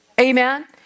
amen